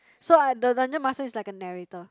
so I the dungeon master is like a narrator